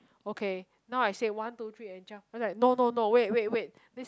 okay now I say one two three and jump then I was like no no no wait wait wait this